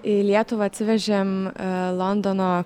į lietuvą atsivežėm londono